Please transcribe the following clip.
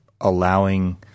allowing